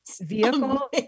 Vehicle